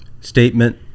Statement